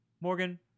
Morgan